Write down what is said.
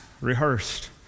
rehearsed